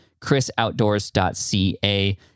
chrisoutdoors.ca